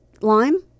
lime